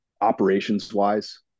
operations-wise